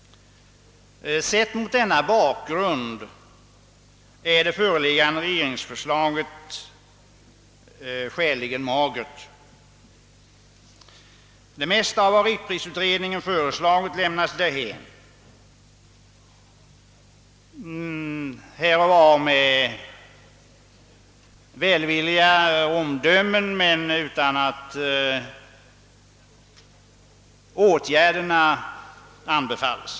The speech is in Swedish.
Sett mot den bakgrunden är föreliggande regeringsförslag skäligen magert. Det mesta av det som riktprisutredningen föreslagit har lämnats därhän, här och var med några välvilliga omdömen men utan att de föreslagna åtgärderna tillstyrkts.